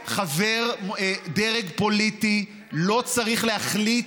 דרג פוליטי לא צריך להחליט,